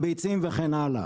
הביצים וכן הלאה.